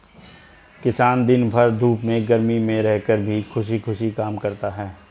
किसान दिन भर धूप में गर्मी में रहकर भी खुशी खुशी काम करता है